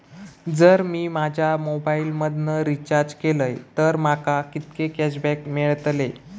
जर मी माझ्या मोबाईल मधन रिचार्ज केलय तर माका कितके कॅशबॅक मेळतले?